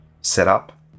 setup